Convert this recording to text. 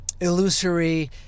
illusory